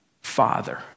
Father